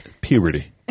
Puberty